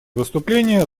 выступление